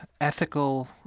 ethical